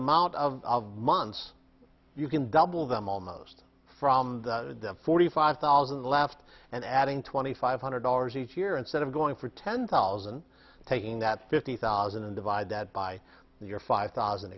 amount of months you can double them almost from forty five thousand left and adding twenty five hundred dollars each year instead of going for ten thousand taking that fifty thousand and divide that by the year five thousand